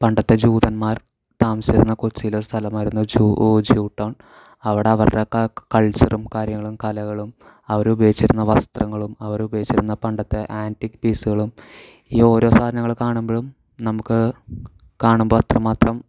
പണ്ടത്തെ ജൂതന്മാർ താമസിച്ചിരുന്ന കൊച്ചിയിലെ ഒരു സ്ഥലമായിരുന്നു ജൂ ജൂ ടൗൺ അവിടെ അവരുടെയൊക്കെ കൾച്ചറും കാര്യങ്ങളും കലകളും അവർ ഉപയോഗിച്ചിരുന്ന വസ്ത്രങ്ങളും അവർ ഉപയോഗിച്ചിരുന്ന പണ്ടത്തെ ആൻറ്റിക് പീസുകളും ഈ ഓരോ സാധനങ്ങൾ കാണുമ്പോഴും നമുക്ക് കാണുമ്പോൾ അത്രമാത്രം